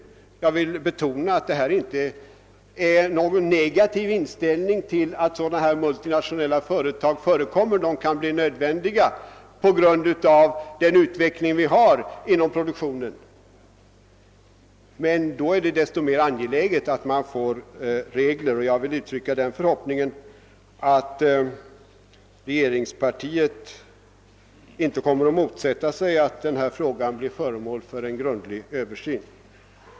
Jag vill betona att detta inte är någon negativ inställning till att multinationella företag förekommer; de kan bli nödvändiga på grund av den utveckling vi nu har inom produktionen. Därför är det desto mer angeläget att man får till stånd vissa regler, och jag vill uttrycka den förhoppningen att regerings partiet inte kommer att motsätta sig att denna fråga blir föremål för en grundlig översyn.